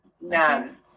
none